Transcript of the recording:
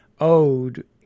owed